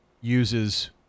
uses